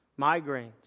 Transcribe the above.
migraines